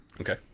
Okay